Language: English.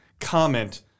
comment